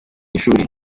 ishuri